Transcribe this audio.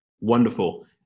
Wonderful